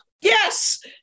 Yes